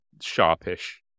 sharpish